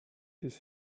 his